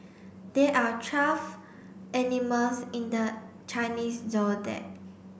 there are twelve animals in the Chinese Zodiac